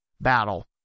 battle